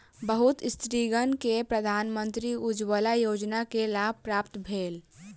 बहुत स्त्रीगण के प्रधानमंत्री उज्ज्वला योजना के लाभ प्राप्त भेल